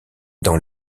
dans